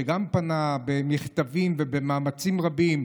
שגם פנה במכתבים ובמאמצים רבים,